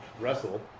Wrestle